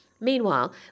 Meanwhile